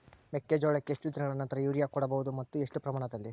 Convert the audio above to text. ಮೆಕ್ಕೆಜೋಳಕ್ಕೆ ಎಷ್ಟು ದಿನಗಳ ನಂತರ ಯೂರಿಯಾ ಕೊಡಬಹುದು ಮತ್ತು ಎಷ್ಟು ಪ್ರಮಾಣದಲ್ಲಿ?